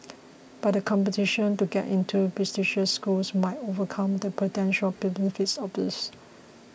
but the competition to get into prestigious schools might overcome the potential benefits of this